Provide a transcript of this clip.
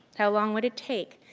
how long would it take?